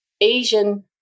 Asian